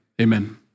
Amen